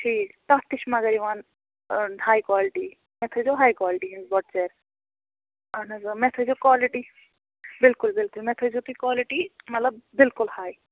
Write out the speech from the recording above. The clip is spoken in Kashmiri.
ٹھیٖک تتھ تہِ چھُ مگر یِوان ہَے کالٹی مےٚ تھٲیزیو ہَے کالٹی ہِنٛز بۄٹہٕ ژیرٕ اہَن حظ مےٚ تھٲیزیو کالٹی بِلکُل بِلکُل مےٚ تھٲیزیو تُہۍ کالٹی مطلب بِلکُل ہَے